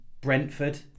Brentford